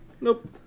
Nope